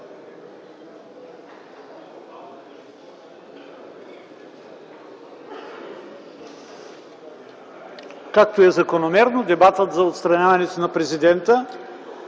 Както е закономерно, дебатът за отстраняването на Президента,